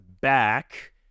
back